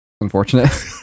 unfortunate